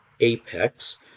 apex